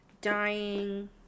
dying